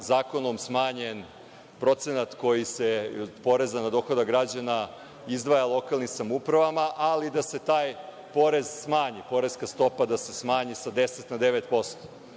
zakonom smanjen procenat poreza na dohodak građana koji se izdvaja lokalnim samoupravama, ali da se taj porez smanji, poreska stopa da se smanji sa 10% na 9%.Od